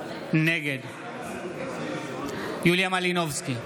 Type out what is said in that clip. נגד יוליה מלינובסקי,